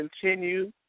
continue